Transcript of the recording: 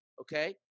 okay